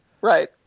right